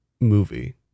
movie